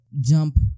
jump